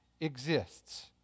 exists